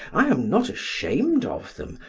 i am not ashamed of them,